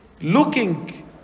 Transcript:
Looking